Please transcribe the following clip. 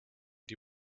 die